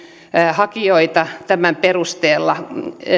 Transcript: hakijoita tämän perusteella